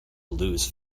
lose